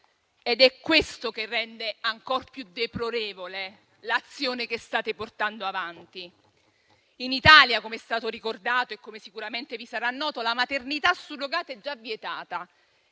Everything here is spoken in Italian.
ed è questo che rende ancor più deplorevole l'azione che state portando avanti. In Italia, com'è stato ricordato e come sicuramente vi sarà noto, la maternità surrogata è già vietata